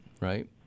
right